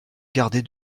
garder